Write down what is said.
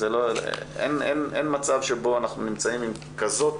אין מצב שבו אנחנו נמצאים עם כזאת